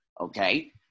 okay